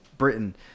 britain